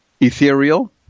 ethereal